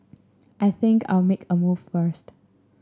I think I'll make a move first